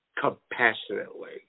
Compassionately